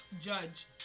judge